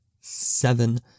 seven